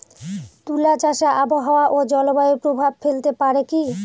তুলা চাষে আবহাওয়া ও জলবায়ু প্রভাব ফেলতে পারে কি?